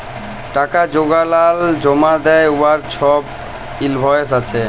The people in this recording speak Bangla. টাকা যেগলাল জমা দ্যায় উয়ার ছবই ইলভয়েস আছে